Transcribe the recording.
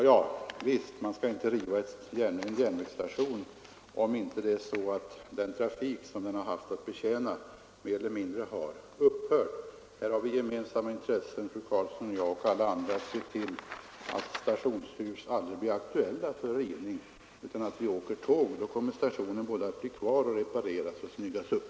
Ja visst — man skall inte riva en järnvägsstation om det inte är så att den trafik som stationen haft att betjäna mer eller mindre upphört. Här har vi gemensamma intressen, fru Karlsson och jag och alla andra, att se till att stationshus aldrig blir aktuella för rivning, utan att vi åker tåg. Då kommer stationen både att bli kvar och att repareras och snyggas upp.